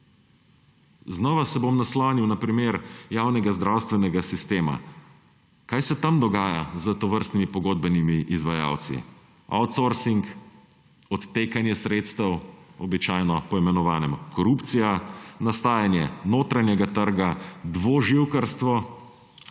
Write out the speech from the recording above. Znova se bom naslonil na primer javnega zdravstvenega sistema. Kaj se tam dogaja s tovrstnimi pogodbenimi izvajalci? Outsourcing, odtekanje sredstev, običajno poimenovano korupcija, nastajanje notranjega trga, dvoživkarstvo,